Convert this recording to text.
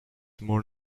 more